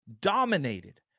Dominated